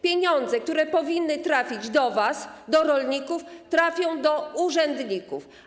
Pieniądze, które powinny trafić do was, do rolników, trafią do urzędników.